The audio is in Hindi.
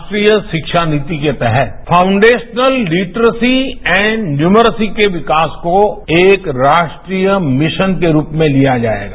राष्ट्रीय शिक्षा नीति के तहत फाउंडेशनल लिट्सी एंड न्यूमर्सी के विकास को एक राष्ट्रीय मिशन के रूप में लिया जाएगा